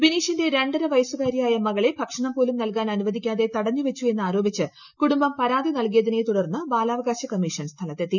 ബിനീഷിന്റെ രണ്ടര വയസുകാരിയായ മകളെ ഭക്ഷണം പോലും നൽകാൻ അനുവദിക്കാതെ തടഞ്ഞുവച്ചു എന്നാരോപിച്ച് കുടുബം പരാതി നൽകിതിനെ തുടർന്ന് ബാലാവകാശ കമ്മീഷൻ സ്ഥലത്തെത്തി